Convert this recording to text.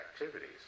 activities